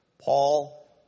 Paul